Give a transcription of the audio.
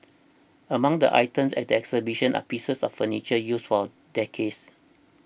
among the items at the exhibition are pieces of furniture used for decades